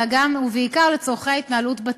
אלא גם ובעיקר לצורכי התנהלות בתיקים.